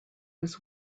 was